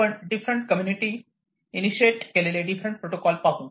आपण डिफरंट कम्युनिटीनी इनीशियेट केलेले डिफरंट प्रोटोकॉल पाहू